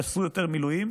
תעשו יותר מילואים,